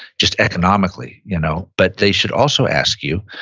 just economically, you know but they should also ask you,